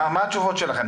מה התשובות שלכם?